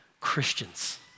Christians